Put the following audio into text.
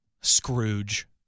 Scrooge